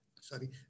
sorry